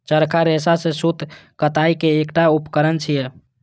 चरखा रेशा सं सूत कताइ के एकटा उपकरण छियै